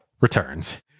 returns